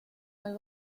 hay